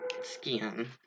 skin